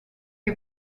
che